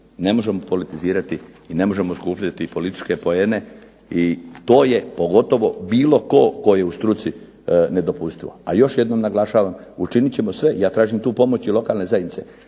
ne možemo politizirati i ne možemo skupljati političke poene i to je pogotovo bilo tko, tko je u struci nedopustivo. A još jednom naglašavam, učinit ćemo sve. Ja tražim tu pomoć i lokalne zajednice